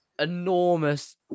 enormous